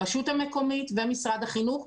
הרשות המקומית ומשרד החינוך,